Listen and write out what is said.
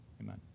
Amen